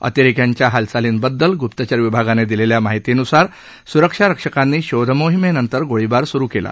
अतिरेक्यांच्या हालचालींबद्दल गुप्तचर विभागाने दिलेल्या माहितीनुसार सुरक्षा रक्षकांनी शोध मोहिमेनंतर गोळीबार सुरू केला